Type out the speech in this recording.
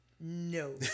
No